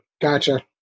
Gotcha